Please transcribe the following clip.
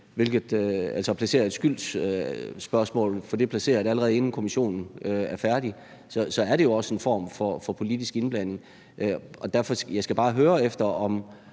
altså placerer et skyldsspørgsmål, allerede inden kommissionen er færdig, så er det jo også en form for politisk indblanding. Så derfor skal jeg bare høre: Hvis man